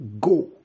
go